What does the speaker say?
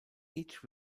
each